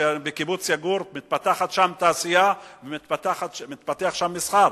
בקיבוץ יגור מתפתחת תעשייה ומתפתח מסחר,